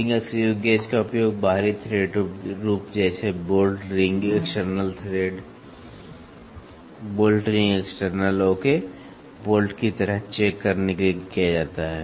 ring screw gauge का उपयोग बाहरी थ्रेड रूप जैसे bolt ring external okay bolt की तरह चेक करने के लिए किया जाता है